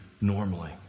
normally